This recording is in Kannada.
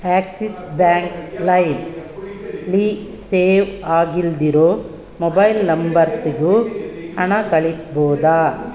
ಆ್ಯಕ್ಸಿಸ್ ಬ್ಯಾಂಕ್ ಲೈಮ್ಲಿ ಸೇವ್ ಆಗಿಲ್ಲದಿರೋ ಮೊಬೈಲ್ ನಂಬರ್ಸಿಗೂ ಹಣ ಕಳಿಸ್ಬೋದ